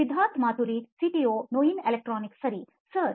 Siddharth Maturi CEO ನೋಯಿನ್ ಎಲೆಕ್ಟ್ರಾನಿಕ್ಸ್ಸರಿ sir